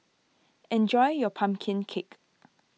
enjoy your Pumpkin Cake